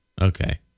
Okay